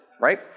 right